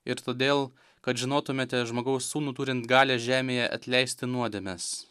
ir todėl kad žinotumėte žmogaus sūnų turint galią žemėje atleisti nuodėmes